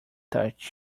touch